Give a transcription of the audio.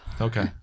Okay